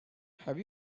have